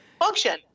function